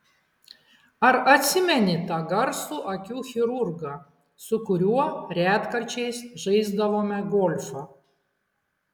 ar atsimeni tą garsų akių chirurgą su kuriuo retkarčiais žaisdavome golfą